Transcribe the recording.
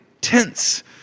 tense